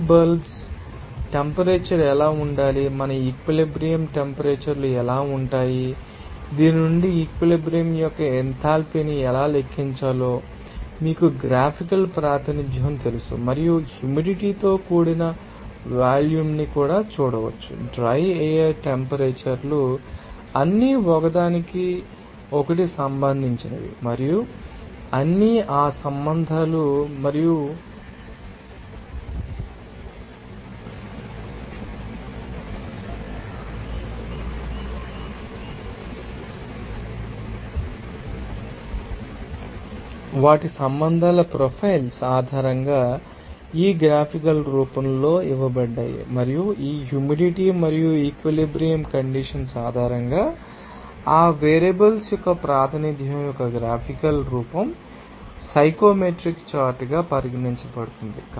తడి bulb temperature ఎలా ఉండాలి మన ఈక్విలిబ్రియం టెంపరేచర్ లు ఎలా ఉంటాయి దీని నుండి ఈక్విలిబ్రియం యొక్క ఎంథాల్పీని ఎలా లెక్కించాలో మీకు గ్రాఫికల్ ప్రాతినిధ్యం తెలుసు మరియు హ్యూమిడిటీ తో కూడిన వాల్యూమ్ను కూడా చూడవచ్చు డ్రై ఎయిర్ టెంపరేచర్ లు అన్నీ ఒకదానికొకటి సంబంధించినవి మరియు అన్నీ ఆ సంబంధాలు మరియు వాటి సంబంధాల ప్రొఫైల్స్ ఆధారంగా ఈ గ్రాఫికల్ రూపంలో ఇవ్వబడ్డాయి మరియు ఈ హ్యూమిడిటీ మరియు ఈక్విలిబ్రియం కండిషన్స్ ఆధారంగా ఆ వేరియబుల్స్ యొక్క ప్రాతినిధ్యం యొక్క గ్రాఫికల్ రూపం సైకోమెట్రిక్ చార్టుగా పరిగణించబడుతుంది